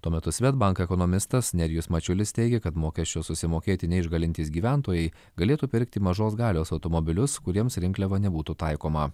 tuo metu svedbank ekonomistas nerijus mačiulis teigia kad mokesčio susimokėti neišgalintys gyventojai galėtų pirkti mažos galios automobilius kuriems rinkliava nebūtų taikoma